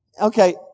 Okay